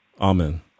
Amen